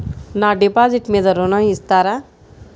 నా డిపాజిట్ మీద ఋణం ఇస్తారా?